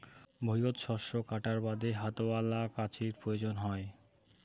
ভুঁইয়ত শস্য কাটার বাদে হাতওয়ালা কাঁচির প্রয়োজন হই